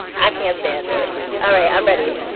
i can't stand it all right, i'm ready.